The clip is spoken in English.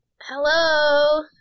Hello